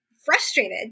frustrated